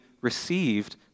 received